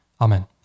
Amen